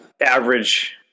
average